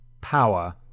power